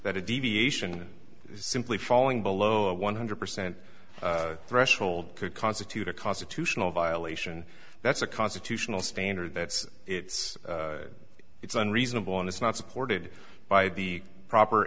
that a deviation simply falling below a one hundred percent threshold could constitute a constitutional violation that's a constitutional standard that's it's it's unreasonable and it's not supported by the proper